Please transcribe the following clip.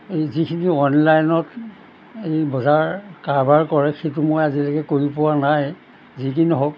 যিখিনি অনলাইনত এই বজাৰ কাৰ্বাৰ কৰে সেইটো মই আজিলৈকে কৰি পোৱা নাই যিকি নহওক